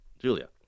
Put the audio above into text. Julia